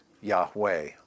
Yahweh